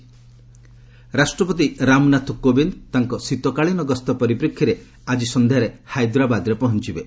ପ୍ରେଜ୍ ରାଷ୍ଟପତି ରାମନାଥ କୋବିନ୍ଦ ତାଙ୍କ ଶୀତକାଳୀନ ଗସ୍ତ ପରିପ୍ରେକ୍ଷୀରେ ଆକି ସନ୍ଧ୍ୟାରେ ହାଇଦ୍ରାବାଦଠାରେ ପହଞ୍ଚିବେ